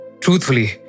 truthfully